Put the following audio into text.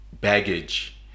baggage